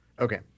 Okay